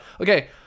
Okay